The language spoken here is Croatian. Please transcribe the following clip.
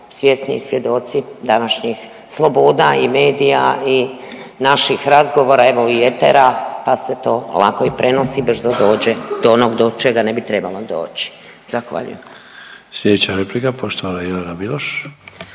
svjesni i svjedoci današnjih sloboda i medija i naših razgovora i etera pa se to lako i prenosi i brzo dođe do onoga do čega ne bi trebalo doći. Zahvaljujem. **Sanader, Ante (HDZ)** Sljedeća replika poštovana Jelena Miloš.